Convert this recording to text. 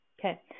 Okay